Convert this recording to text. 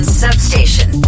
substation